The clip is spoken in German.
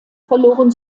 verloren